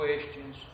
questions